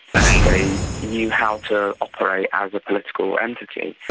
and they knew how to operate as a political entity.